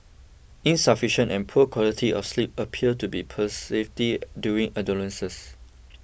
insufficient and poor quality of sleep appear to be during adolescence